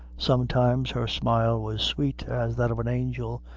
sometimes her smile was sweet as that of an angel,